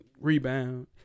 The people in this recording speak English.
rebound